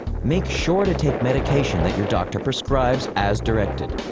make sure to take medication that your doctor prescribes as directed.